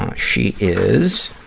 she is,